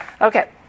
Okay